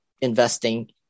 investing